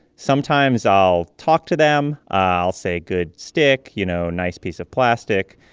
sometimes, i'll talk to them. i'll say, good stick, you know, nice piece of plastic.